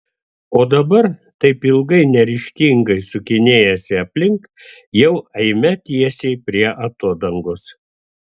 o dabar taip ilgai neryžtingai sukinėjęsi aplink jau eime tiesiai prie atodangos